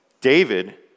David